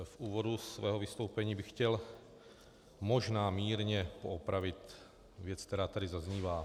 V úvodu svého vystoupení bych chtěl možná mírně poopravit věc, která tady zaznívá.